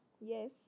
yes